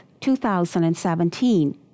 2017